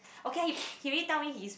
okay ah he already tell me he's